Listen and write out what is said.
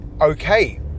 okay